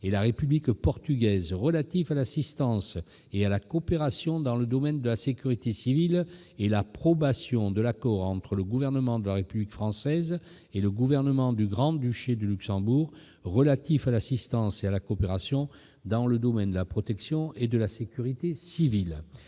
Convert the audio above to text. et la République portugaise relatif à l'assistance et à la coopération dans le domaine de la sécurité civile et l'approbation de l'accord entre le Gouvernement de la République française et le Gouvernement du Grand-Duché de Luxembourg relatif à l'assistance et à la coopération dans le domaine de la protection et de la sécurité civiles